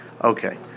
Okay